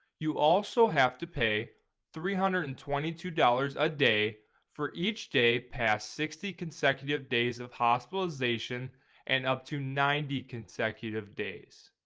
you also have to pay three hundred and twenty two dollars a day for each day past sixty consecutive days of hospitalization and up to ninety consecutive days.